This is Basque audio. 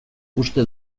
uste